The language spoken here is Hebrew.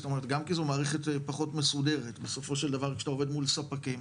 גם כי זו מערכת פחות מסודרת בסופו של דבר כשאתה עובד מול ספקים,